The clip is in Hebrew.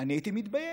אני הייתי מתבייש.